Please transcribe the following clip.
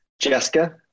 Jessica